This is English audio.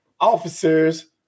officers